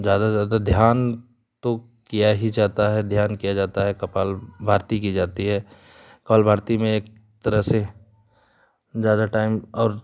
ज़्यादा से ज़्यादा ध्यान तो किया ही जाता है ध्यान किया जाता है कपालभारती की जाती है कपालभारती में एक तरह से ज़्यादा टाइम और